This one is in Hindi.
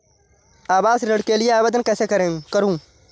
आवास ऋण के लिए आवेदन कैसे करुँ?